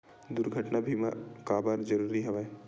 दुर्घटना बीमा काबर जरूरी हवय?